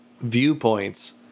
viewpoints